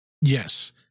Yes